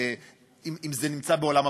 אם זה נמצא בעולם הפנאי.